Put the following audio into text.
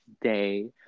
day